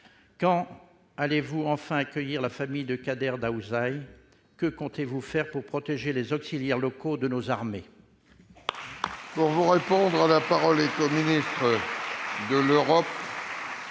Quand allez-vous enfin accueillir la famille de Qader Daoudzai ? Que comptez-vous faire pour protéger les auxiliaires locaux de nos armées ?